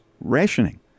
rationing